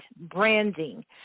branding